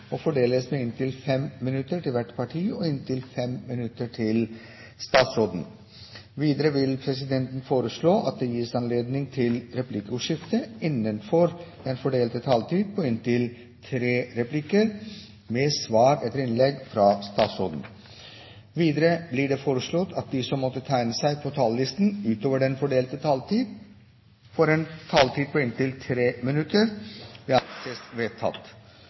og fordeles med inntil 5 minutter til hvert parti og inntil 5 minutter til medlem av regjeringen. Videre vil presidenten foreslå at det gis anledning til replikkordskifte på inntil tre replikker med svar etter innlegg fra medlem av regjeringen innenfor den fordelte taletid. Videre blir det foreslått at de som måtte tegne seg på talerlisten utover den fordelte taletid, får en taletid på inntil 3 minutter. – Det anses vedtatt.